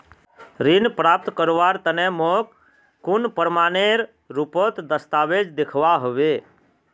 ऋण प्राप्त करवार तने मोक कुन प्रमाणएर रुपोत दस्तावेज दिखवा होबे?